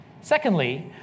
Secondly